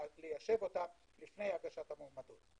ליישבם לפני הגשת המועמדות.